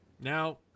Now